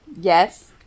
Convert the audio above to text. Yes